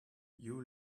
you